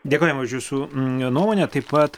dėkojame už jūsų nuomonę taip pat